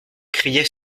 criait